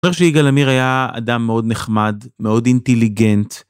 אומר שיגאל עמיר היה אדם מאוד נחמד, מאוד אינטליגנט.